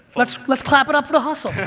let's let's clap it up for the hustle.